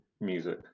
music